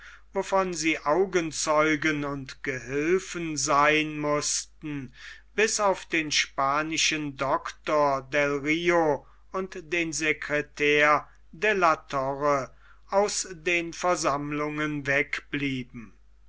wovon sie augenzeugen und gehilfen sein mußten bis auf den spanischen doktor del rio und den sekretär de la torre aus den versammlungen wegblieb